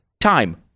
time